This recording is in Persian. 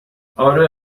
اره